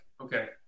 okay